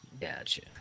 Gotcha